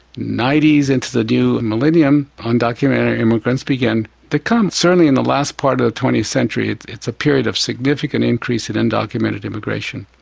s, into the new millennium, undocumented immigrants began to come, certainly in the last part of the twentieth century it's a period of significant increase in undocumented immigration.